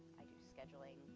i do scheduling,